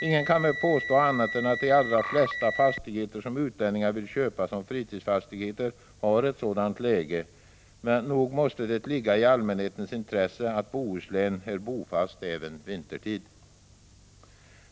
Ingen kan väl påstå annat än att de allra flesta fastigheter som utlänningar vill köpa som fritidsfastigheter har ett sådant läge. Nog måste det ligga i allmänhetens intresse att Bohuslän är befolkat även vintertid.